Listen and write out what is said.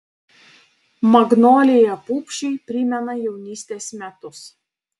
magnolija pupšiui primena jaunystės metus